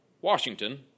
Washington